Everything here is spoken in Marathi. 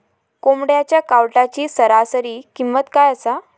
कोंबड्यांच्या कावटाची सरासरी किंमत काय असा?